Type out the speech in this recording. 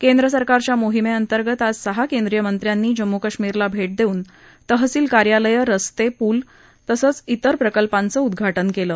केंद्र सरकारच्या मोहीमेअंतर्गत आज सहा केंद्रीय मंत्र्यांनी जम्मू कश्मीरला भे देऊन तहसील कार्यालयं रस्ते पुल तसंच विर प्रकल्पांचं उद्घाजिही केलं